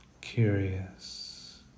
curious